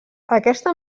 aquesta